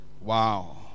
Wow